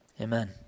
Amen